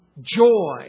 joy